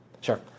Sure